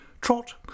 Trot